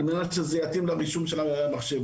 על מנת שזה יתאים לרישום של המחשבים.